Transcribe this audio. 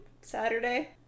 Saturday